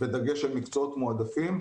בדגש על מקצועות מועדפים,